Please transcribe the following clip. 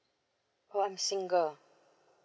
oh I'm single